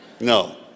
No